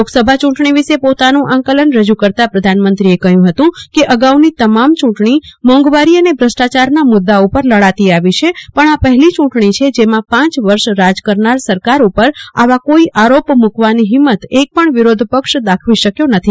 લોકસભા ચુટણી વિશે પોતાનું આંકલન રજુ કરતાં પ્રધાનમંત્રીએ કહયું હત કે અગાઉની તમામ ચુટણી મોંઘવારી અને ભ્રષ્ટાચારના મુદદા ઉપર લડાતી આવી છે પણ આ પહેલી ચુટણી છે જેમાં પાંચ વર્ષ રાજ કરનાર સરકાર ઉપર આવા કોઈ આરોપ મૂકવાની હિંમત એકપણ વિરોધપક્ષ દાખવી શકયો નથી